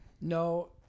No